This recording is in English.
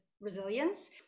resilience